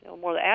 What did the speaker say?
more